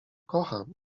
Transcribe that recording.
kocham